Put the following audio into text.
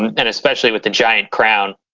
and especially with the giant crown.